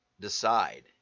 decide